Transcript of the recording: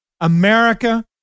America